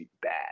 bad